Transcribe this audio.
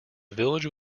village